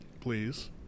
please